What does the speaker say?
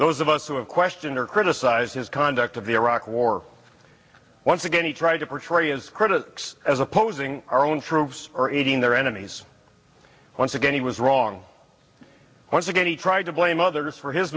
those of us who have questioned or criticized his conduct of the iraq war once again he tried to portray his critics as opposing our own troops or aiding their enemies once again he was wrong once again he tried to blame others for his